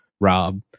Rob